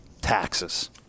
taxes